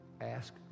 ask